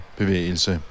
bevægelse